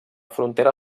frontera